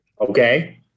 Okay